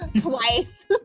twice